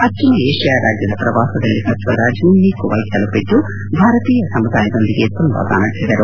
ಪಶ್ಚಿಮ ಏಷ್ಯಾ ರಾಜ್ದದ ಪ್ರವಾಸದಲ್ಲಿರುವ ಸ್ವರಾಜ್ ನಿನ್ನೆ ಕುವೈತ್ ತಲುಪಿದ್ದು ಭಾರತೀಯ ಸಮುದಾಯದೊಂದಿಗೆ ಸಂವಾದ ನಡೆಸಿದರು